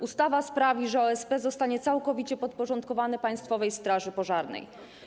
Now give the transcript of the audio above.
Ustawa sprawi, że OSP zostaną całkowicie podporządkowane Państwowej Straży Pożarnej.